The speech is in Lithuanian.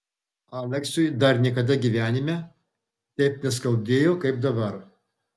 aleksiui dar niekada gyvenime taip neskaudėjo kaip dabar